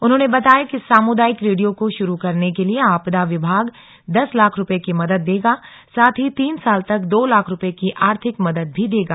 उन्होंने बताया कि सामुदायिक रेडियो को शुरू करने के लिए आपदा विभाग दस लाख रुपये की मदद देगा साथ ही तीन साल तक दो लाख रुपये की आर्थिक मदद भी देगा